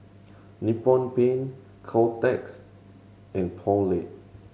Nippon Paint Kotex and Poulet